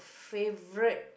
favourite